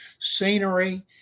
scenery